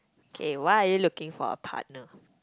okay why are you looking for a partner